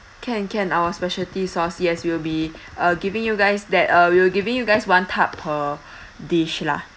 can can our specialty sauce yes we'll be uh giving you guys that uh we'll giving you guys one tub per dish lah